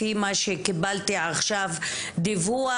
לפי מה שקיבלתי עכשיו דיווח,